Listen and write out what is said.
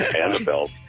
Annabelle